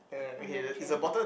under the chair